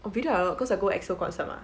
video I got a lot cause I go E_X_O concert mah